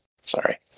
sorry